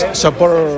support